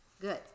good